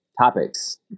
topics